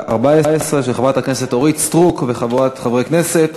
של חברת הכנסת אורית סטרוק וחבורת חברי כנסת,